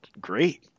great